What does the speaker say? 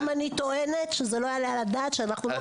גם אני טוענת שזה לא יעלה על הדעת שאנחנו לא